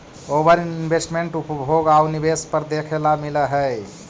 ओवर investment उपभोग आउ निवेश पर देखे ला मिलऽ हई